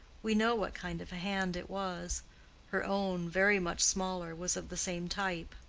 we know what kind of a hand it was her own, very much smaller, was of the same type.